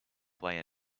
play